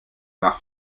nach